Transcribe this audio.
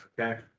Okay